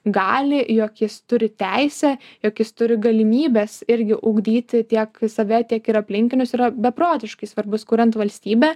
gali jog jis turi teisę jog jis turi galimybes irgi ugdyti tiek savyje tiek ir aplinkinius yra beprotiškai svarbus kuriant valstybę